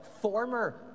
former